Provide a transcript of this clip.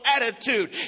attitude